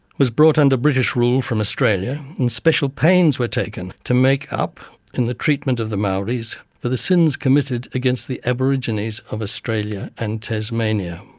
was brought under british rule from australia, and special pains were taken to make up, in the treatment of the maoris, for the sins committed against the aborigines of australia and tasmania.